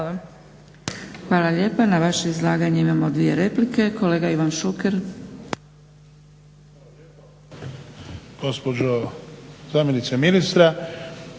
Hvala lijepa. Na vaše izlaganje imamo dvije replike. Kolega Ivan Šuker.